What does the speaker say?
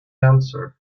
answer